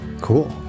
Cool